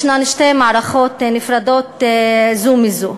יש שתי מערכות נפרדות זו מזו.